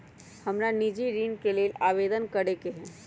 हमरा निजी ऋण के लेल आवेदन करै के हए